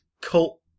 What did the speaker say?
cult